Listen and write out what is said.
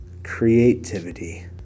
Creativity